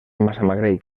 massamagrell